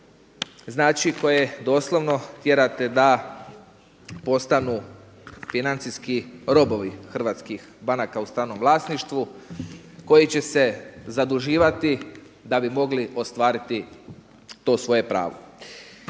Znači, koje doslovno tjerate da postanu financijski robovi hrvatskih banaka u stranom vlasništvu, koji će se zaduživati da bi mogli ostvariti to svoje pravo.